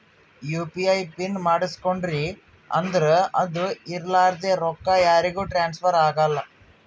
you P I PIN ಮಾಡುಸ್ಕೊಂಡ್ರಿ ಅಂದುರ್ ಅದು ಇರ್ಲಾರ್ದೆ ರೊಕ್ಕಾ ಯಾರಿಗೂ ಟ್ರಾನ್ಸ್ಫರ್ ಆಗಲ್ಲಾ